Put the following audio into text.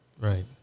Right